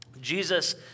Jesus